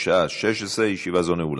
בשעה 16:00. ישיבה זו נעולה.